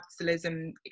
capitalism